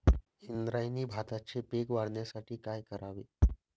इंद्रायणी भाताचे पीक वाढण्यासाठी काय करावे?